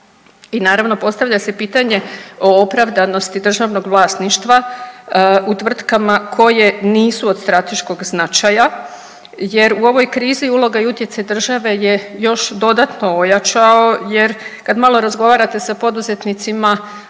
i naravno postavlja se pitanje o opravdanosti državnog vlasništva u tvrtkama koje nisu od strateškog značaja jer u ovoj krizi uloga i utjecaj države je još dodatno ojačao jer kad malo razgovarate sa poduzetnicima